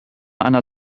einer